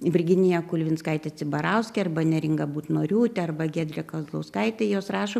virginija kulvinskaitė cibarauskė arba neringa butnoriūtė arba giedrė kazlauskaitė juos rašo